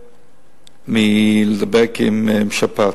מהרבה להידבק בשפעת.